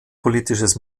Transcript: politisches